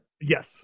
Yes